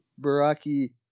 Baraki